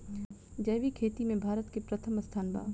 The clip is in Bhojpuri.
जैविक खेती में भारत के प्रथम स्थान बा